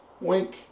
wink